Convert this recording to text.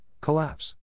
collapse